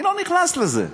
אני לא נכנס לזה.